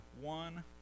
one